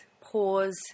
pause